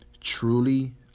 truly